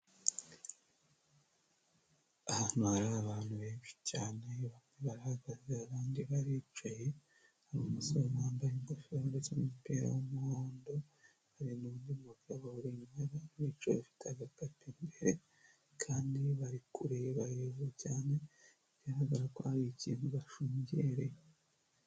Hano hari abantu benshi cyane barahagaze abandi baricaye. Ibumoso bambaye ingofero ndetse n'umupira w'umuhondo. Hari undi mugabo urengana wicaye afite agapapu kandi bari kureba hejuru cyane, bigaragara ko hari ikintu bashungereye.